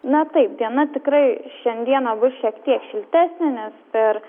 na taip diena tikrai šiandieną bus šiek tiek šiltesnė nes per